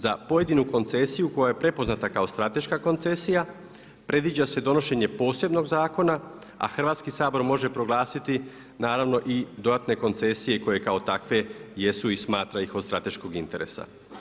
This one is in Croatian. Za pojedinu koncesiju koja je prepoznata kao strateška koncesija predviđa se donošenje posebnog zakona a Hrvatski sabor može proglasiti naravno i dodatne koncesije koje kao takve jesu i smatra ih od strateškog interesa.